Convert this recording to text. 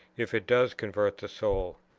if it does convert the soul.